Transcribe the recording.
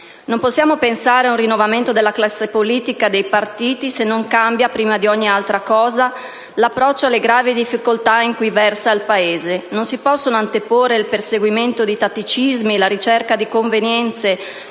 Non possiamo pensare a un rinnovamento della classe politica, dei partiti, se non cambia - prima di ogni altra cosa - l'approccio alle gravi difficoltà in cui versa il Paese. Non si possono anteporre il perseguimento di tatticismi, la ricerca di convenienze,